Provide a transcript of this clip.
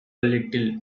little